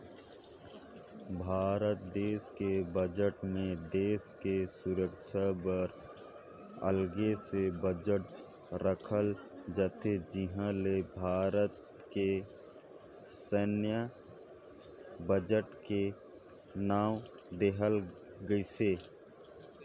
भारत देस के बजट मे देस के सुरक्छा बर अगले से बजट राखल जाथे जिहां ले भारत के सैन्य बजट के नांव देहल गइसे